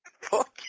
Fuck